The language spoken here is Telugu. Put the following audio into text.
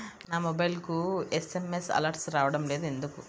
నా మొబైల్కు ఎస్.ఎం.ఎస్ అలర్ట్స్ రావడం లేదు ఎందుకు?